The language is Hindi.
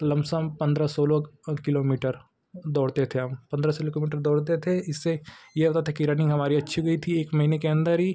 लमसम पंद्रह सोलह किलोमीटर दौड़ते थे हम पंद्रह सोलह किलोमीटर दौड़ते थे इसे ये होता था कि रनिंग हमारी अच्छी हो गई थी एक महीने के अंदर ही